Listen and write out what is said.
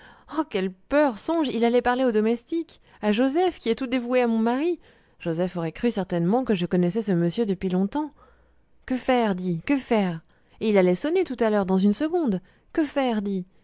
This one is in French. oh quelle peur songe il allait parler aux domestiques a joseph qui est tout dévoué à mon mari joseph aurait cru certainement que je connaissais ce monsieur depuis longtemps que faire dis que faire et il allait sonner tout à l'heure dans une seconde que faire dis